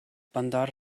bandar